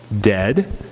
dead